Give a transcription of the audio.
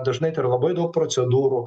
dažnai tai yra labai daug procedūrų